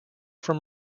from